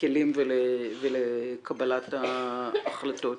לכלים ולקבלת החלטות.